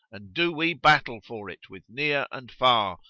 and do we battle for it with near and far,